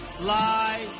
lie